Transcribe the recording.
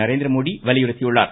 நரேந்திரமோடி வலியுறுத்தியுள்ளார்